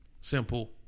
Simple